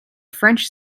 french